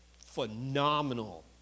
phenomenal